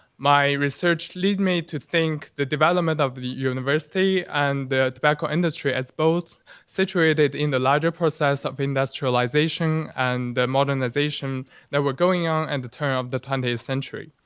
my research leads me to think the development of the university and the tobacco industry as both situated in the larger process of industrialization and the modernization that were going on and the turn of the twentieth century.